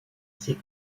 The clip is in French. ses